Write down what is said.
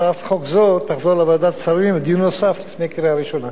הצעת חוק זו תחזור לוועדת השרים לדיון נוסף לפני קריאה ראשונה.